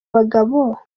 bagabo